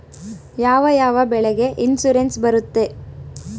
ಯಾವ ಯಾವ ಬೆಳೆಗೆ ಇನ್ಸುರೆನ್ಸ್ ಬರುತ್ತೆ?